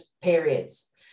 periods